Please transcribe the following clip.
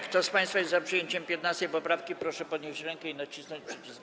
Kto z państwa jest za przyjęciem 15. poprawki, proszę podnieść rękę i nacisnąć przycisk.